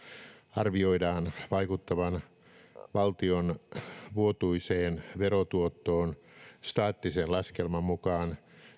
arvioidaan vaikuttavan valtion vuotuiseen verotuottoon staattisen laskelman mukaan